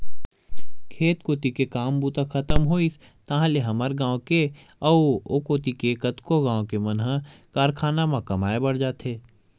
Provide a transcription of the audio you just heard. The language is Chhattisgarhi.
खेत कोती ले काम बूता खतम होइस ताहले हमर गाँव के अउ ओ कोती के कतको गाँव के मन ह कारखाना म कमाए बर जाथे